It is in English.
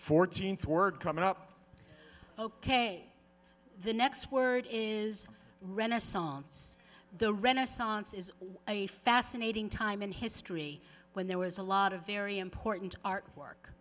fourteenth word coming up ok the next word is renaissance the renaissance is a fascinating time in history when there was a lot of very important artwork